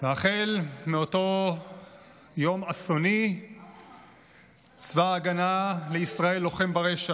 החל מאותו יום אסוני צבא ההגנה לישראל לוחם ברשע.